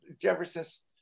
Jefferson's